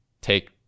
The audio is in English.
take